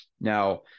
Now